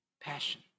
passion